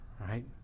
right